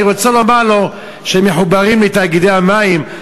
אני רוצה לומר לו שהם מחוברים לתאגידי המים,